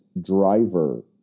driver